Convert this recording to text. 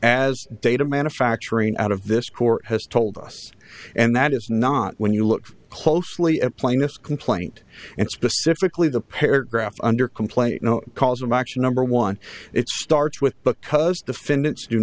as data manufacturing out of this court has told us and that is not when you look closely applying this complaint and specifically the paragraph under complaint no cause of action number one it starts with because defendants do